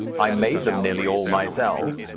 i made them nearly all myself.